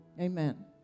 Amen